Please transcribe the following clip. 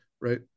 right